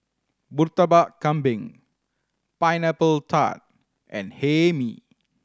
Murtabak Kambing Pineapple Tart and Hae Mee